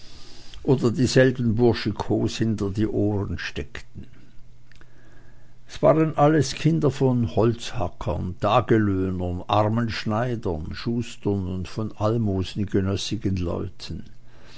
oder dieselben burschikos hinter die ohren steckten es waren alles kinder von holzhackern tagelöhnern armen schneidern schustern und von almosengenössigen leuten